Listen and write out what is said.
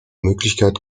möglichkeit